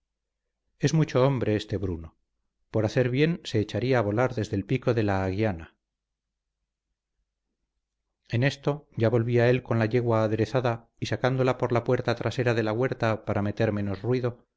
es mucho hombre este bruno por hacer bien se echaría a volar desde el pico de la aguiana en esto ya volvía él con la yegua aderezada y sacándola por la puerta trasera de la huerta para meter menos ruido